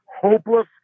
hopeless